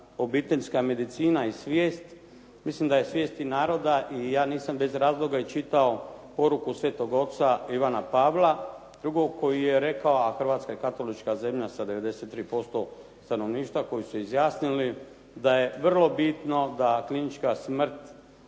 obiteljska medicina i svijest. Mislim da je svijest i naroda i ja nisam bez razloga i čitao poruku Svetog Oca Ivana Pavla II. koji je rekao, a Hrvatska je katolička zemlja sa 93% stanovništva koji su se izjasnili da je vrlo bitno da klinička smrt